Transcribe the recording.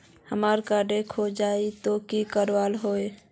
हमार कार्ड खोजेई तो की करवार है?